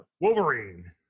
Wolverine